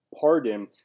pardon